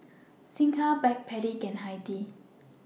Singha Backpedic and Hi Tea